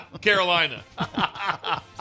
Carolina